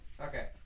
Okay